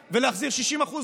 למענק.